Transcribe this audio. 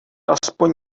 aspoň